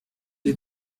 die